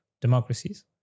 democracies